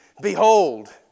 Behold